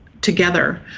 together